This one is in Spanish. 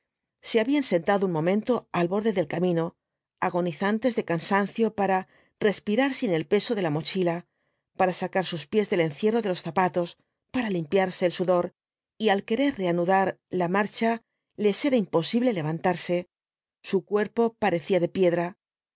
se habían sentado un momento al borde del camino agonizantes de cansancio para respirar sin el peso de la mochila para sacar sus pies del encierro de los zapatos para limpiarse el sudor y al querer reanudar la marcha les era imposible levantarse su cuerpo parecía de piedra